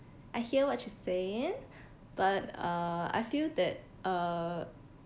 I hear what you saying but uh I feel that uh